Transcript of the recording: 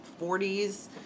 40s